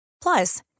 plus